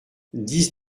dix